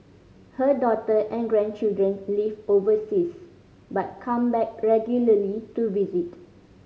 her daughter and grandchildren live overseas but come back regularly to visit